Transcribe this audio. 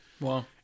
Wow